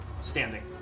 standing